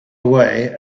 away